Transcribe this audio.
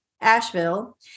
Asheville